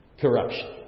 corruption